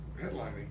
headlining